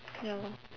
ya lor